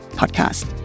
podcast